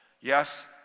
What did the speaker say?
Yes